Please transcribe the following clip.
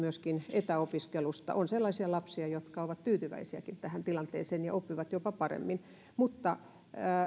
etäopiskelusta on sellaisia lapsia jotka ovat tyytyväisiäkin tähän tilanteeseen ja oppivat jopa paremmin mutta